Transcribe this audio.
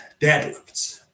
deadlifts